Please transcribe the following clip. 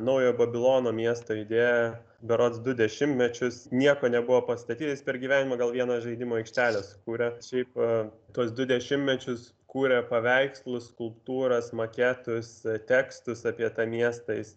naują babilono miesto idėją berods du dešimtmečius nieko nebuvo pastatyta jis per gyvenimą gal vieną žaidimų aikštelę kuria šiaip tuos du dešimtmečius kuria paveikslus skulptūras maketus tekstus apie tą miestą jis